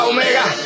Omega